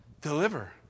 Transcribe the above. deliver